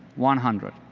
one hundred.